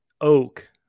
oak